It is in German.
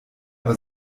aber